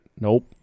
Nope